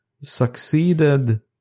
succeeded